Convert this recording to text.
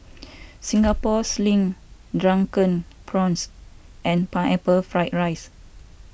Singapore Sling Drunken Prawns and Pineapple Fried Rice